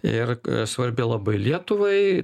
ir svarbi labai lietuvai